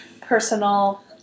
personal